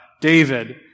David